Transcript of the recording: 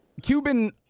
Cuban